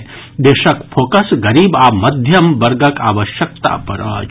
आव देशक फोकस गरीब आ मध्यम वर्गक आवश्यकता पर अछि